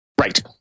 Right